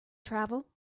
travel